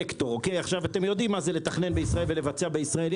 אתם יודעים מה זה לתכנן ולבצע בישראל.